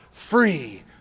free